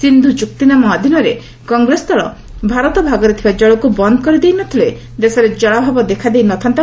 ସିନ୍ଧୁ ଚୁକ୍ତିନାମା ଅଧୀନରେ କଂଗ୍ରେସ ଦଳ ଭାରତ ଭାଗରେ ଥିବା ଜଳକୁ ବନ୍ଦ କରିଦେଇ ନ ଥିଲେ ଦେଶରେ ଜଳାଭାବ ଦେଖାଦେଇ ନ ଥାଆନ୍ତା